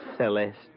Celeste